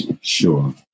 Sure